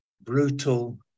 brutal